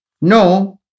No